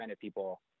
people